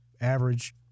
average